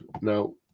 now